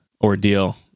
ordeal